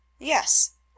Yes